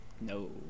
No